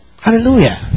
Hallelujah